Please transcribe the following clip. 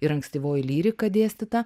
ir ankstyvoji lyrika dėstyta